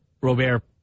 Robert